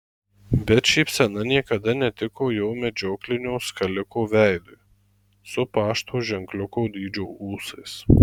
bet šypsena niekada netiko jo medžioklinio skaliko veidui su pašto ženkliuko dydžio ūsais